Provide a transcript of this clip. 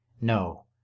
No